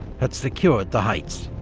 had secured the heights,